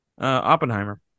Oppenheimer